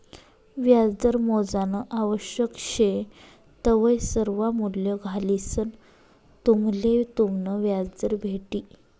व्याजदर मोजानं आवश्यक शे तवय सर्वा मूल्ये घालिसंन तुम्हले तुमनं व्याजदर भेटी